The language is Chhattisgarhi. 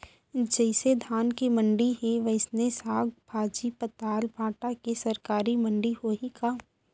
जइसे धान के मंडी हे, वइसने साग, भाजी, पताल, भाटा के सरकारी मंडी होही का?